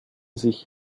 sich